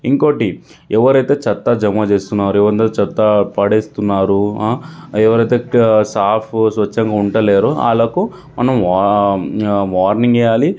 ఇంకోకటి ఎవరైతే చెత్త జమ చేస్తున్నారో ఎవరైతే చెత్త పడేస్తున్నారు ఎవరైతే సాఫ్ స్వచ్ఛంగా ఉంటలేరో వాళ్ళకు మనం వార్నింగ్ ఇవ్వాలి